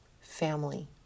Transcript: family